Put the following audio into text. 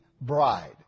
bride